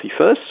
first